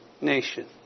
nation